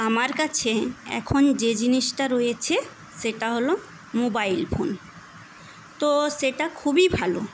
আমার কাছে এখন যে জিনিসটা রয়েছে সেটা হল মোবাইল ফোন তো সেটা খুবই ভালো